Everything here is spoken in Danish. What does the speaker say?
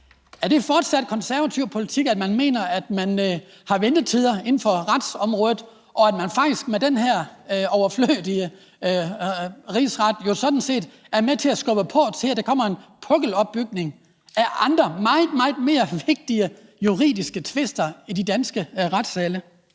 Er det fortsat konservativ politik, at der er ventetider inden for retsområdet, og at man jo så samtidig med den her overflødige rigsret faktisk er med til at skubbe på, i forhold til at der kommer en pukkelopbygning af andre meget, meget vigtigere juridiske tvister i de danske retssale?